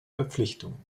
verpflichtungen